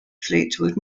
fleetwood